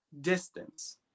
distance